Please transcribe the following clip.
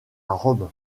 rome